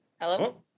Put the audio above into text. hello